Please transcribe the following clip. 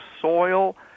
soil